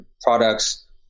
products